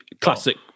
classic